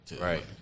Right